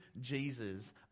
Jesus